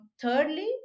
thirdly